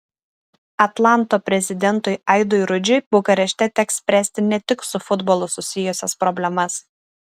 atlanto prezidentui aidui rudžiui bukarešte teks spręsti ne tik su futbolu susijusias problemas